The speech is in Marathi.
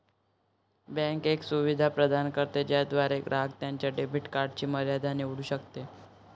बँक एक सुविधा प्रदान करते ज्याद्वारे ग्राहक त्याच्या डेबिट कार्डची मर्यादा निवडू शकतो